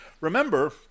remember